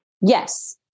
Yes